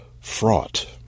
fraught